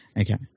Okay